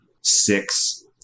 six